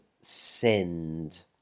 send